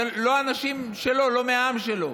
זה לא האנשים שלו, לא מהעם שלו,